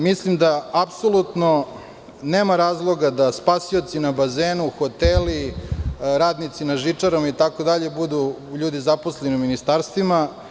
Mislim da apsolutno nema razloga da spasioci na bazenu, hoteli, radnici na žičarama, itd. budu ljudi zaposleni u ministarstvima.